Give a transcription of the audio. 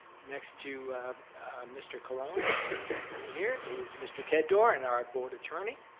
next to mr. colon and right next to me here is mr. ted doran, our board attorney.